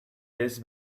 this